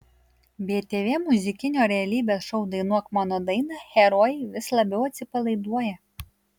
btv muzikinio realybės šou dainuok mano dainą herojai vis labiau atsipalaiduoja